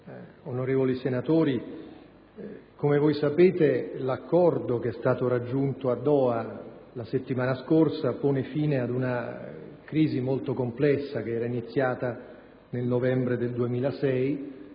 onorevoli senatori, come voi sapete, l'accordo che è stato raggiunto a Doha la settimana scorsa pone fine ad una crisi molto complessa che era iniziata nel novembre del 2006